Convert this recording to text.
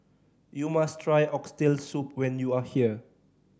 you must try Oxtail Soup when you are here